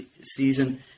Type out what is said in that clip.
season